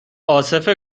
عاصف